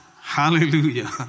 Hallelujah